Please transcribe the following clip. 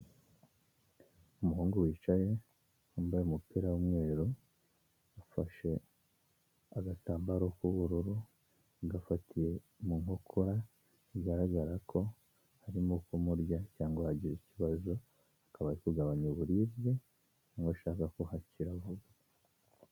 Umuhungu wicaye wambaye umupira w'umweru afashe agatambaro k'ubururu agafatiye mu nkokora, bigaragara ko harimo kumurya cyangwa hagize ikibazo akaba ari kugabanya uburibwe nk'ushaka ko hakira vuba.